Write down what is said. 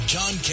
John